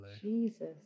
jesus